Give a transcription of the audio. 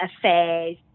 affairs